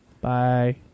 Bye